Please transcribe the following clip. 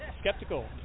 skeptical